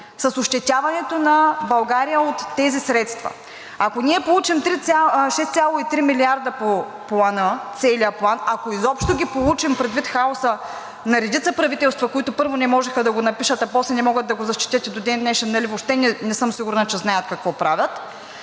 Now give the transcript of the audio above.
с ощетяването на България от тези средства. Ако ние получим 6,3 милиарда по целия План, ако изобщо ги получим, предвид хаоса на редица правителства, които, първо, не можеха да го напишат, а после не могат да го защитят и до ден днешен не съм сигурна, че знаят какво правят,